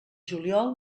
juliol